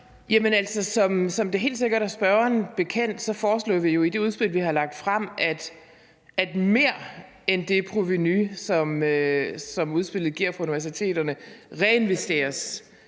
som det helt sikkert er spørgeren bekendt, foreslog vi jo i det udspil, vi har lagt frem, at mere end det provenu, som udspillet giver på universiteterne, reinvesteres